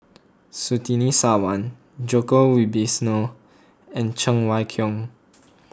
Surtini Sarwan Djoko Wibisono and Cheng Wai Keung